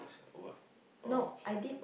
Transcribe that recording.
ask what oh okay